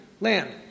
land